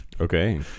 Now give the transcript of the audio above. Okay